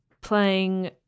playing